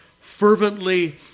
fervently